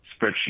spreadsheet